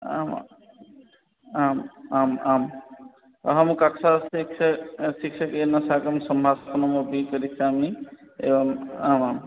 आम् आम् आम् आम् अहं कक्षा शिक्ष शिक्षकेन साकं सम्भाषणमपि करिष्यामि एवम् आम् आम्